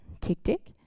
tick-tick